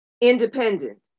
independent